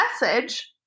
message